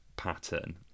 pattern